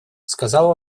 сказал